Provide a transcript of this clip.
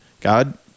God